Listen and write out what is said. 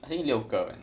I think 六个人